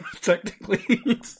technically